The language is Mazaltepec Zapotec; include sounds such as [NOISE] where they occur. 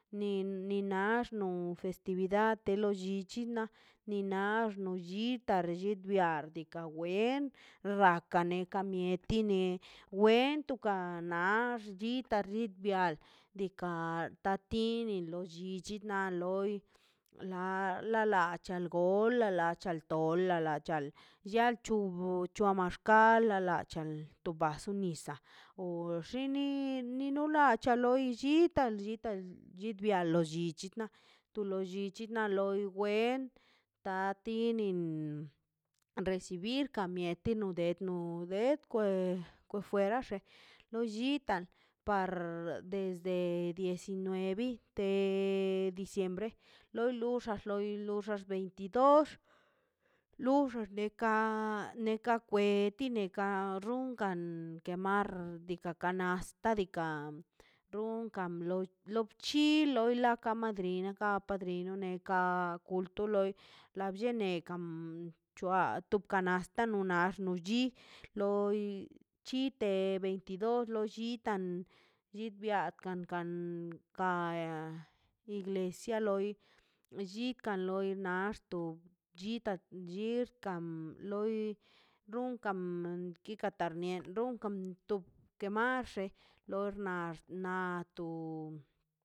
Ni nax no festividad te lo llichina ni nax nullita arllit bia ka wen raka ne ka mieti ne wen toka nax chita chi bial diikaꞌ da tini bi chit na loi la lacha gol la lacha tol la lachal choa chul cha maxkal tu baso nisaꞌ po xini no nula cha lol llitan llitan lo bia lo llichinan lo llichina lo wen da tinin recibir kamieti no de te no det miekwe ko fuera xe lo llitan desd par diecinuevi te diciembre loi luxa loi luxa veintidos [HESITATION] luxan neka kweti neka runkan kermar di de ka kanasta diikaꞌ kam lochi loi ka matrina ka patrino neka kulto loi la bllenekan chua to kanasta nonan axt nochi loi chite be veinti dos lo chi tan lochbia kan kan nia kaia iglesia loi llinkan axto chitan chixta am loi rumnkan kika tarniento runkan tup kemaxe lox na na nato